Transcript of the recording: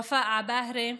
ופאא עבאהרה,